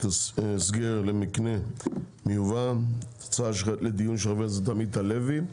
הסגר למקנה מיובא הצעה לדיון שלך חבר הכנסת עמית הלוי,